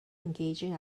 engaging